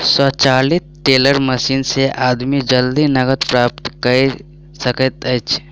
स्वचालित teller machine से आदमी जल्दी नकद प्राप्त कय सकैत अछि